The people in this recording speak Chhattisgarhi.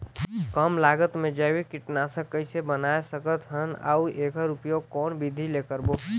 कम लागत मे जैविक कीटनाशक कइसे बनाय सकत हन अउ एकर उपयोग कौन विधि ले करबो?